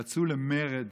יצאו למרד